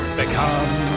become